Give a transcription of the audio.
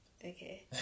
okay